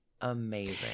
Amazing